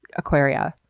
aquaria.